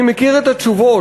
אני מכיר את התשובות,